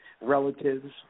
Relatives